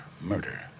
murder